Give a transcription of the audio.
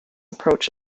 approach